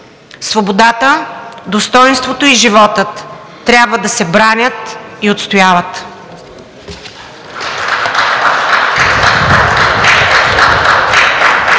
Свободата, достойнството и животът трябва да се бранят и отстояват!“